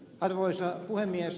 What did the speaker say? arvoisa puhemies